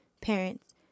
parents